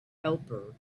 helper